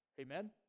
Amen